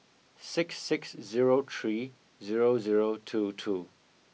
six six zero three zero zero two two